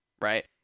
right